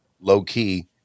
low-key